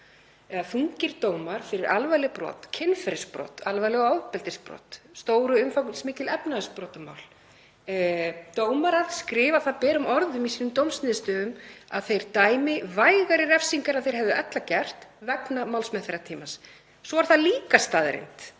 að þungir dómar fyrir alvarleg brot; kynferðisbrot, alvarleg ofbeldisbrot, stór og umfangsmikil efnahagsbrot — dómarar skrifa það berum orðum í sínum dómsniðurstöðum að þeir dæmi vægari refsingar en þeir hefðu ella gert vegna málsmeðferðartímans. Svo er það líka staðreynd